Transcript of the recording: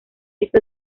esto